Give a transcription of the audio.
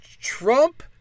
Trump